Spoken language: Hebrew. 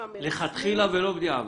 המרכזיים --- לכתחילה ולא בדיעבד.